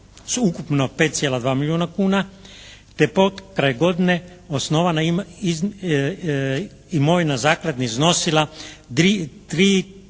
ukupno 5,2 milijuna kuna te potkraj godine osnovana, imovina zaklade iznosila 3 milijuna